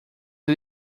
ele